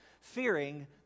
fearing